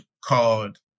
called